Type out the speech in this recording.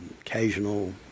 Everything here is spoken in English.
occasional